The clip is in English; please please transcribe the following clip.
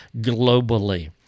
globally